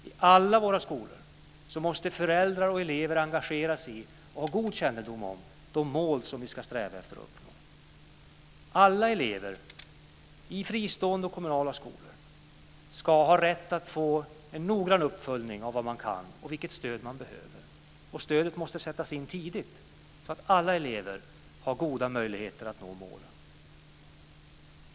I alla våra skolor måste föräldrar och elever engagera sig i och ha god kännedom om de mål vi ska sträva efter att uppnå. Alla elever i fristående och kommunala skolor ska ha rätt att få en noggrann uppföljning av vad de kan och vilket stöd de kan behöva. Stödet måste sättas in tidigt så att alla elever får goda möjligheter att nå målen.